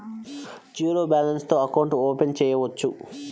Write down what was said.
Zero balance తో account open చేయవచ్చు?